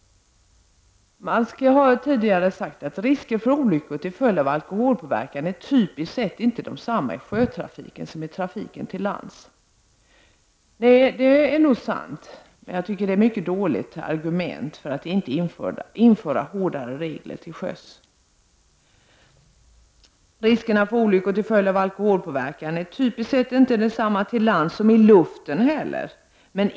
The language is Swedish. Man har tidigare sagt att ”riskerna för olyckor till följd av alkoholpåverkan är typiskt sett inte desamma i sjötrafiken som i trafiken till lands.” Nej, det är nog sant, men jag tycker att det är ett mycket dåligt argument för att inte införa hårdare regler till sjöss. Riskerna för olyckor till följd av alkoholpåverkan är typiskt sett inte desamma till lands som i luften heller.